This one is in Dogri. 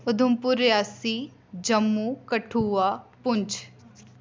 उधमपुर रियासी जम्मू कठुआ पुंछ